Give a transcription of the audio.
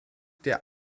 der